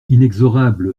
inexorable